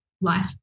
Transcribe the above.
life